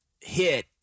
hit